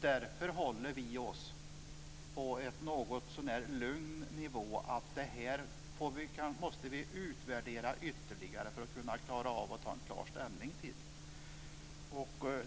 Därför håller vi oss på en någotsånär lugn nivå och säger att det här får vi utvärdera ytterligare för att kunna ta klar ställning till.